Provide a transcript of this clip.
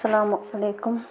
اَلسلامُ علیکُم